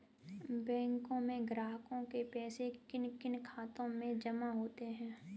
बैंकों में ग्राहकों के पैसे किन किन खातों में जमा होते हैं?